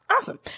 awesome